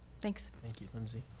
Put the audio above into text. thanks. thank you, lindsay.